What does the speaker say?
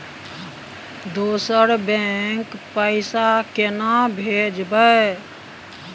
दोसर बैंक पैसा केना भेजबै?